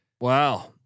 Wow